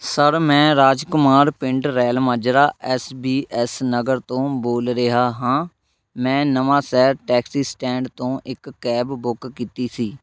sir ਮੈਂ ਰਾਜਕੁਮਾਰ ਪਿੰਡ Railmajra S B S Nagar ਤੋਂ ਬੋਲ ਰਿਹਾ ਹਾਂ ਮੈਂ ਨਵਾਂਸ਼ਹਿਰ ਟੈਕਸੀ ਸਟੈਂਡ ਤੋਂ ਇੱਕ ਕੈਬ ਬੁੱਕ ਕੀਤੀ ਸੀ